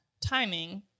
timing